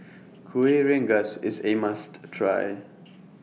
Kueh Rengas IS A must Try